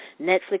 Netflix